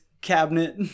cabinet